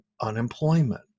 unemployment